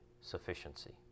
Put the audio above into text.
sufficiency